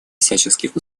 всяческих